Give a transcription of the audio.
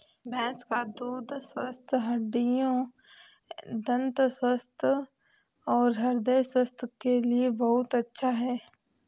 भैंस का दूध स्वस्थ हड्डियों, दंत स्वास्थ्य और हृदय स्वास्थ्य के लिए बहुत अच्छा है